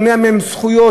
מונע מהם זכויות,